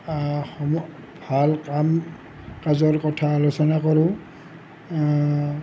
ভাল কাম কাজৰ কথা আলোচনা কৰোঁ